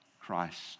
Christ